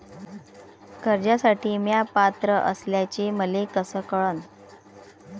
कर्जसाठी म्या पात्र असल्याचे मले कस कळन?